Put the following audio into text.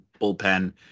bullpen